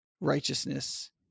righteousness